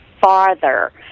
farther